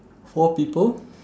four people